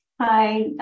Hi